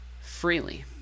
freely